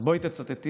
אז בואי תצטטי,